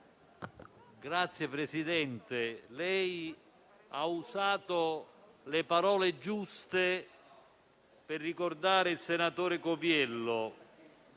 Signor Presidente, lei ha usato le parole giuste per ricordare il senatore Coviello.